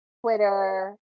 Twitter